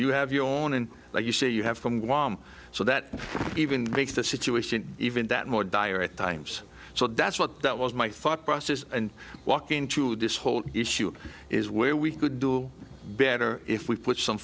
you have your own and you see you have from guam so that even makes the situation even that more dire at times so that's what that was my thought process and walk into this whole issue is where we could do better if we put some